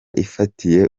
ifatiye